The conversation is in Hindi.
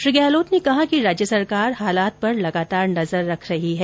श्री गहलोत ने कहा कि राज्य सरकार हालात पर लगातार नजर रख रही है